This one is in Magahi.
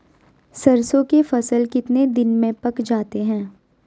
सरसों के फसल कितने दिन में पक जाते है?